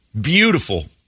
Beautiful